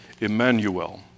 Emmanuel